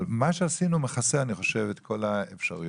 אבל מה שעשינו מכסה, אני חושב, את כל האפשרויות.